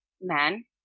men